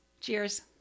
Cheers